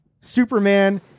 Superman